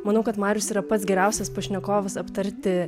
manau kad marius yra pats geriausias pašnekovas aptarti